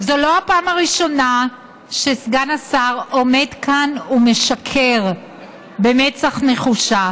זו לא הפעם הראשונה שסגן השר עומד כאן ומשקר במצח נחושה.